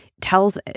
tells